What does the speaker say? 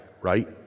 right